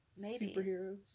superheroes